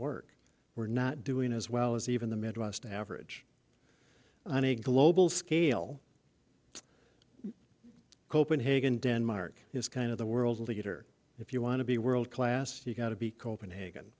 work we're not doing as well as even the midwest average on a global scale copenhagen denmark is kind of the world's leader if you want to be world class you got to be copenhagen